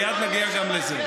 מייד נגיע גם לזה.